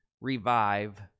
Revive